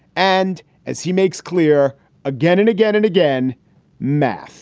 and as he makes clear again and again and again math